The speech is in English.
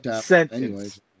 sentence